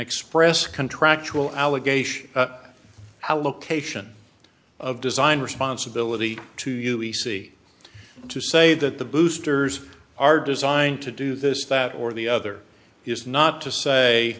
express contractual allegation how location of design responsibility to you e c to say that the boosters are designed to do this that or the other is not to say